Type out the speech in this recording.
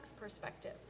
perspective